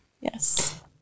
yes